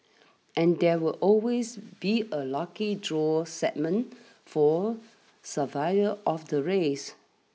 and there will always be a lucky draw segment for survivors of the race